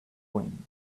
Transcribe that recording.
wind